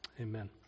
amen